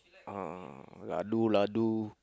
uh ladu ladu